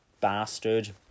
bastard